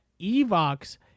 Evox